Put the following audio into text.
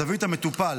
זווית המטופל,